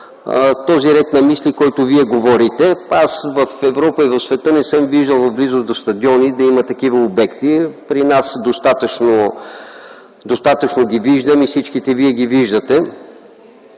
този ред на мисли, в който Вие говорите, в Европа и в света не съм виждал в близост до стадиони да има такива обекти. При нас достатъчно ги виждам и всички вие ги виждате.